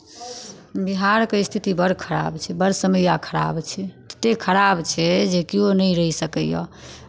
बिहारके स्थिति बड़ खराप छै बड़ समैआ खराब छै ततेक खराप छै जे कियो नहि रहि सकैए